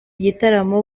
gitaramo